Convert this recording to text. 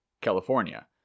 California